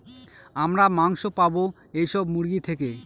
আমরা মাংস পাবো এইসব মুরগি থেকে